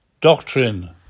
doctrine